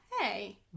Hey